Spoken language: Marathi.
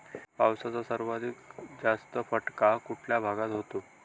पावसाचा सर्वाधिक जास्त फटका कुठल्या भागात होतो?